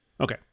Okay